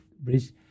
bridge